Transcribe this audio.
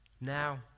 now